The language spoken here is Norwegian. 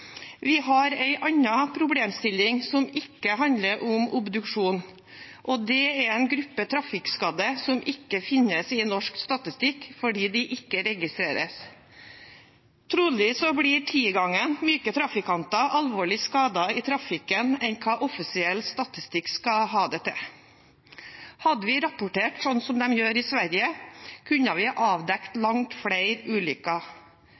Vi har en annen problemstilling som ikke handler om obduksjon, og den gjelder en gruppe trafikkskadde som ikke finnes i norsk statistikk, fordi de ikke registreres. Trolig blir ti ganger så mange myke trafikanter alvorlig skadet i trafikken som hva offisiell statistikk skal ha det til. Hadde vi rapportert slik de gjør i Sverige, kunne vi ha avdekket langt flere ulykker.